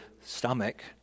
stomach